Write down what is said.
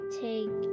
take